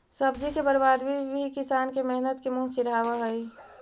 सब्जी के बर्बादी भी किसान के मेहनत के मुँह चिढ़ावऽ हइ